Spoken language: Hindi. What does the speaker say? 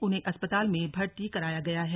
उन्हें अस्पताल में भर्ती कराया गया है